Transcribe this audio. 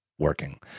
Working